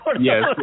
Yes